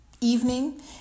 evening